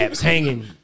hanging